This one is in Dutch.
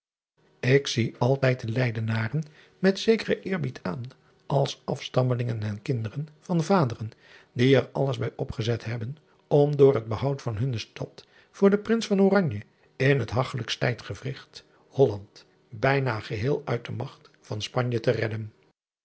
k zie altijd de eydenaren met zekeren eerbied aan als afstammelingen en kinderen van vaderen die er alles bij op gezet hebben om door het behoud van hunne stad voor den rins in het hagchelijkst tijdsgewrict olland bijna geheel uit de magt van panje te redden